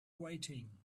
waiting